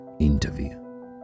interview